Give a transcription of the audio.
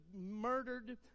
murdered